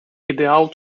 ідеал